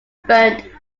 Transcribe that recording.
burned